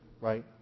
right